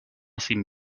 sin